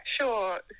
sure